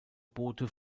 boote